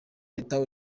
leta